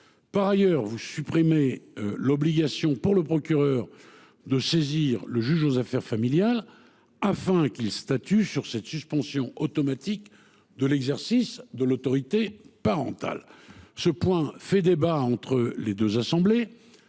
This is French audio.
Par ailleurs, vous souhaitez supprimer l’obligation pour le procureur de saisir le juge aux affaires familiales, afin qu’il statue sur cette suspension automatique de l’exercice de l’autorité parentale. Ce point fait débat entre les deux assemblées